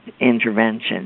intervention